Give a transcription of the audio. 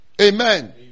Amen